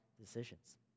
decisions